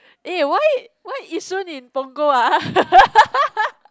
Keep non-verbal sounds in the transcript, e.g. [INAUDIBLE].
eh why why Yishun in Punggol ah [LAUGHS]